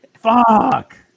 Fuck